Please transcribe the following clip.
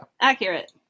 Accurate